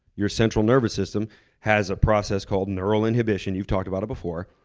your central nervous system has a process called neural inhibition, you've talked about it before.